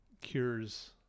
cures